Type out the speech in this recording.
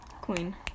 Queen